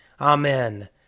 Amen